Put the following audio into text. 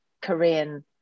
Korean